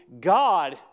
God